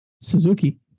Suzuki